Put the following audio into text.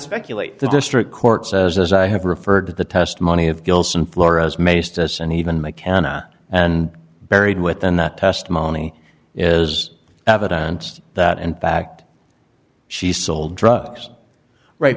speculate the district court says as i have referred to the testimony of gilson flores maced us and even mckenna and buried within that testimony is evidence that and fact she sold drugs right